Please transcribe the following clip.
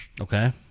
Okay